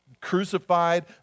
crucified